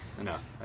enough